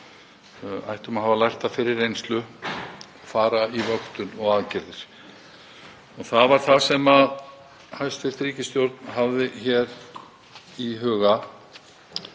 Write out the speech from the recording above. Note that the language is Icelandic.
ættum að hafa lært af fyrri reynslu að fara í vöktun og aðgerðir. Það var það sem hæstv. ríkisstjórn hafði í huga.